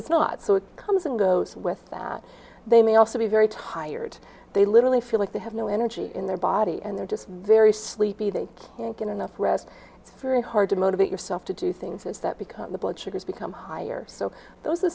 it's not so it comes and goes with that they may also be very tired they literally feel like they have no energy in their body and they're just very sleepy they can't get enough rest it's very hard to motivate yourself to do things is that because the blood sugars become higher so those are the